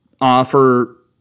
offer